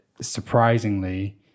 surprisingly